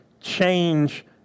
change